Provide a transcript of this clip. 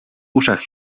uszach